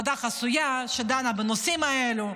ועדה חסויה, שדנה בנושאים האלה.